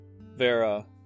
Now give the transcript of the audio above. Vera